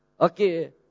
Okay